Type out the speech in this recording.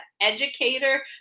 educator